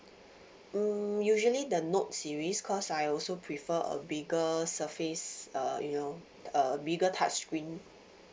mm usually the note series cause I also prefer a bigger surface uh you know uh a bigger touch screen